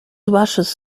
rushes